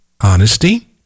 honesty